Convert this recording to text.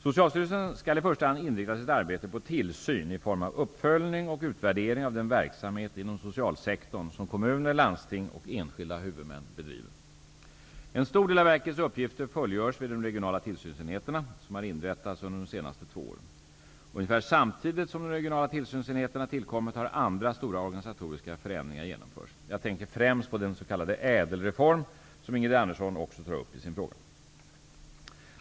Socialstyrelsen skall i första hand inrikta sitt arbete på tillsyn i form av uppföljning och utvärdering av den verksamhet inom socialsektorn som kommuner, landsting och enskilda huvudmän bedriver. En stor del av verkets uppgifter fullgörs vid de regionala tillsynsenheterna, som har inrättats under de senaste två åren. Ungefär samtidigt som de regionala tillsynsenheterna har tillkommit har andra stora organisatoriska förändringar genomförts. Jag tänker främst på den s.k. ÄDEL-reform som Ingrid Andersson också tar upp i sin fråga.